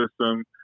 system